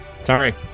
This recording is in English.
Sorry